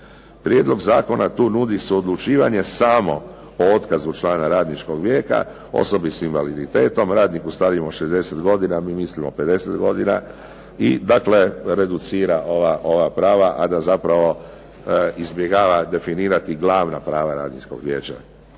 Prijedlog zakona tu nudi suodlučivanje samo o otkazu člana radničkog vijeka, osobi sa invaliditetom, radniku starijem od 60 godina. Mi mislimo 50 godina. I dakle reducira ova prava, a da zapravo izbjegava definirati glavna prava radničkog vijeća.